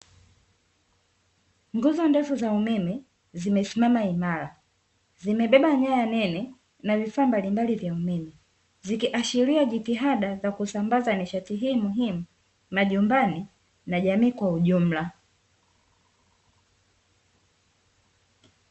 Nguzo ndefu za umeme zimesimama imara. Zimebeba nyaya nene na vifaa mbalimbali vya umeme, zikiashiria jitihada za kusambaza nishati hii muhimu majumbani na jamii kwa ujumla.